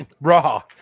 Raw